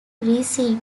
recede